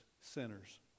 Sinners